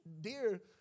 dear